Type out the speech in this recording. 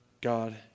God